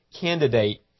candidate